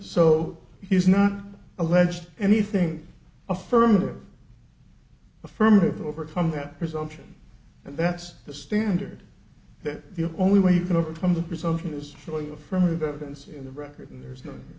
so he's not alleged anything affirmative affirmative overcome that presumption and that's the standard that the only way you can overcome the presumption is really affirmative evidence in the record and there's no